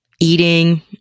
eating